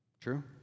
True